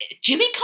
Jimmy